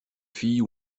fille